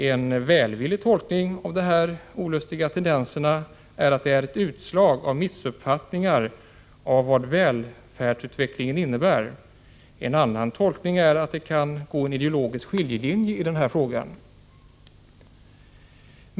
En välvillig tolkning av de här olustiga tendenserna är att de är ett utslag av en missuppfattning av vad välfärdsutveckling innebär. En annan tolkning är att det kan gå en ideologisk skiljelinje i denna fråga.